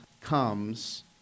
comes